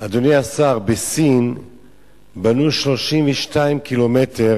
אדוני השר, בסין בנו 32 קילומטר,